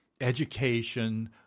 education